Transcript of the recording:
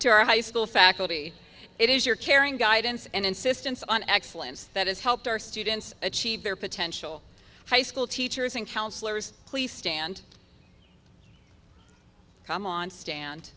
to our high school faculty it is your caring guidance and insistence on excellence that has helped our students achieve their potential high school teachers and counsellors please stand come on stand